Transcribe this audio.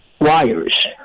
wires